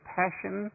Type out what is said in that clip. passion